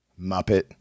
Muppet